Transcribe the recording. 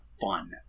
fun